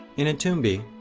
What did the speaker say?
in etoumbi,